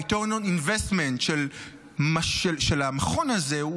ה-Return on Investment של המכון הזה,